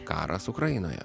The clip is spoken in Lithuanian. karas ukrainoje